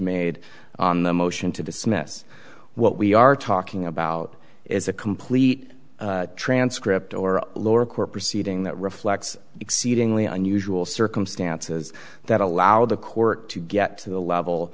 made on the motion to dismiss what we are talking about is a complete transcript or lower court proceeding that reflects exceedingly unusual circumstances that allowed the court to get to the level